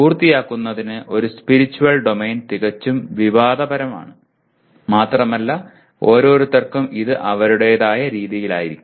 പൂർത്തിയാകുന്നതിന് ഒരു spiritual domain തികച്ചും വിവാദപരമാണ് മാത്രമല്ല ഓരോരുത്തർക്കും ഇത് അവരുടേതായ രീതിയിലായിരിക്കും